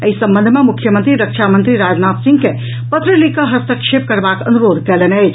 एहि संबंध मे मुख्यमंत्री रक्षामंत्री राजनाथ सिंह के पत्र लिख कऽ हस्तक्षेप करबाक अनुरोध कयलनि अछि